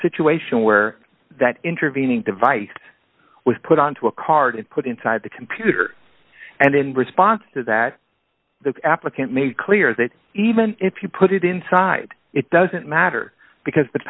situation where that intervening device was put onto a card and put inside the computer and in response to that the applicant made clear that even if you put it inside it doesn't matter because the